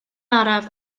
araf